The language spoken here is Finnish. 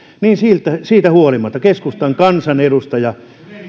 siitä huolimatta keskustan kansanedustaja